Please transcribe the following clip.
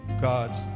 God's